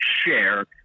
share